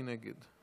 מי נגד?